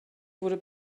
wurde